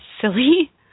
silly